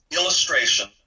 illustration